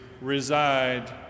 reside